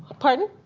pardon?